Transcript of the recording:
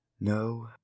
No